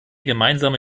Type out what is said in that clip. gemeinsame